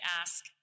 ask